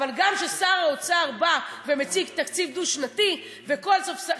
אבל גם כששר האוצר בא ומציג תקציב דו-שנתי וחצי,